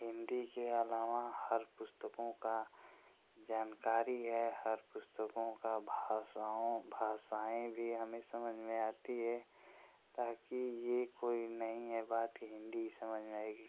हिन्दी के अलावा हर पुस्तकों का जानकारी है हर पुस्तकों का भाषाओं भाषाएँ भी हमें समझ में आती है ताकि ये कोई नहीं है बात कि हिन्दी ही समझ में आएगी